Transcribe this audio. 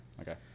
Okay